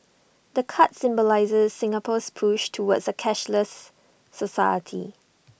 the card symbolises Singapore's push towards A cashless society